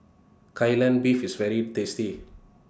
Kai Lan Beef IS very tasty